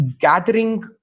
gathering